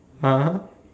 ah